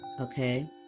okay